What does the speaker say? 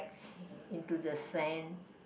into the sand